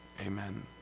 Amen